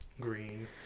green